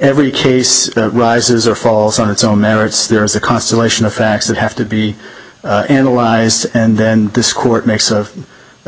every case that rises or falls on its own merits there is a constellation of facts that have to be analyzed and then this court makes a